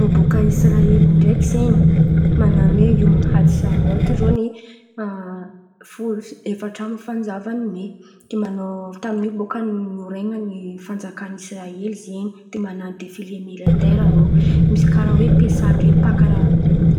Rô bôka Israely ndraiky zen̈y, manan̈o hoe iom had samôt rô ny a folo sy efatra amby fanjavan’ny me. De manao avy tamin’io bôka ny nioren̈an’ny fanjakan’Israely zen̈y de manan̈o defile militaira rô. Misy karà hoe Pesà ndray